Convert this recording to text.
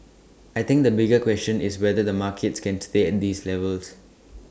I think the bigger question is whether the markets can stay at these levels